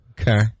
Okay